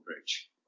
bridge